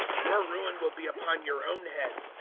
your ruin will be upon your own heads.